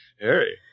Harry